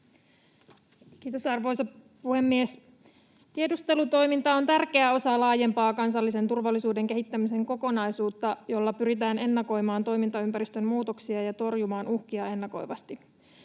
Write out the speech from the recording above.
Kiitos, arvoisa puhemies! Tiedustelutoiminta on tärkeä osa laajempaa kansallisen turvallisuuden kehittämisen kokonaisuutta, jolla pyritään ennakoimaan toimintaympäristön muutoksia ja torjumaan uhkia ennakoivasti.